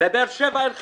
בבאר שבע אין חניה,